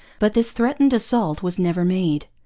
but this threatened assault was never made.